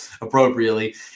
appropriately